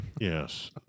Yes